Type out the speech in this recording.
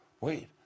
Wait